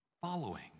Following